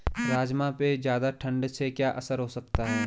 राजमा पे ज़्यादा ठण्ड से क्या असर हो सकता है?